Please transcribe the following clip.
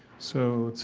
so, let's,